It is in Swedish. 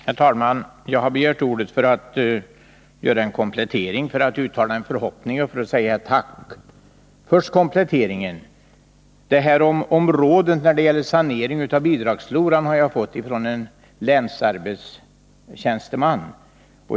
Herr talman! Jag har begärt ordet för att göra en komplettering, för att uttala en förhoppning och för att framföra ett tack. Först kompletteringen. Råden om sanering när det gäller bidragsfloran har jag fått av en länsarbetsnämndstjänsteman.